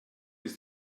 ist